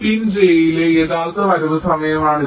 പിൻ j യിലെ യഥാർത്ഥ വരവ് സമയമാണിത്